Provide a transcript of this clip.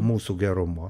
mūsų gerumo